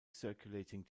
circulating